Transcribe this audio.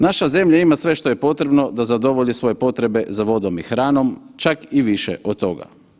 Naša zemlja ima sve što je potrebno da zadovolji svoje potrebe za vodom i hranom čak i više od toga.